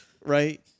right